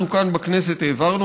אנחנו כאן בכנסת העברנו,